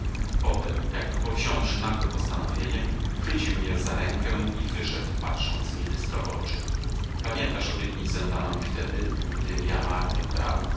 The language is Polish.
potem jakby powziąwszy nagłe postanowienie chwycił mnie za rękę i wyrzekł patrząc mi bystro w oczy pamiętasz obietnicę daną mi wtedy gdym ja martę brał